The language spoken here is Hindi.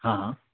हाँ हाँ